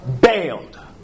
bailed